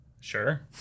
Sure